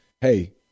hey